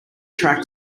track